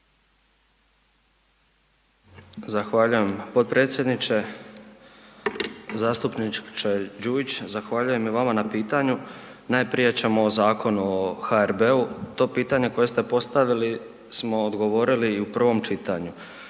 Zahvaljujem potpredsjedniče. Zastupniče Đujić, zahvaljujem i vama na pitanju. Najprije ćemo o Zakonu o HRB-u. To pitanje koje ste postavili smo odgovorili i u prvom čitanju.